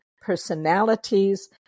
personalities